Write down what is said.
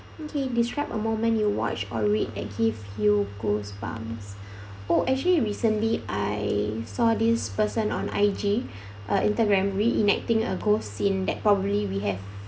okay describe a moment you watch or read that give you goosebumps oh actually recently I saw this person on I_G uh instagram reenacting a ghost scene that properly we have